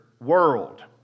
world